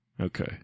Okay